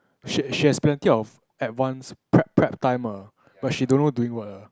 she she has plenty of advance prep prep time ah but she don't know doing what ah